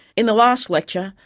in the last lecture,